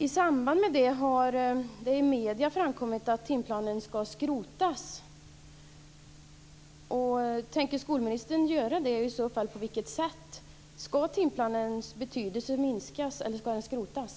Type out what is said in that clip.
I samband med det har det i medierna framkommit att timplanen skall skrotas.